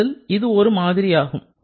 அவற்றில் இது ஒரு மாதிரி ஆகும்